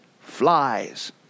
flies